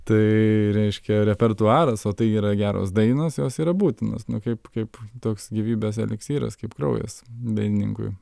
tai reiškia repertuaras o tai yra geros dainos jos yra būtinos nu kaip kaip toks gyvybės eliksyras kaip kraujas dainininkui